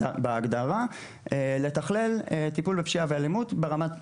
בהגדרה, לתכלל טיפול בפשיעה ואלימות ברמת היישוב,